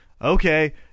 Okay